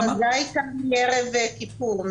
ההכרזה הייתה מערב כיפור,